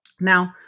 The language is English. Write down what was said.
Now